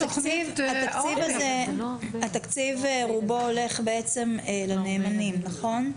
התקציב הזה ברובו הולך בעצם לנאמנים, נכון?